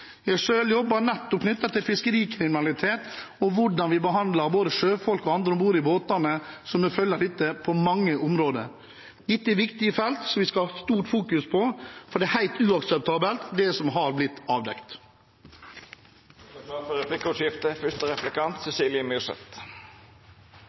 Jeg har selv jobbet opp mot fiskerikriminalitet og hvordan vi behandler både sjøfolk og andre om bord i båtene som en følge av dette på mange områder. Dette er viktige felt som vi skal fokusere sterkt på, for det er helt uakseptabelt, det som har blitt avdekket. Det vert replikkordskifte. For